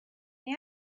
may